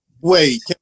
wait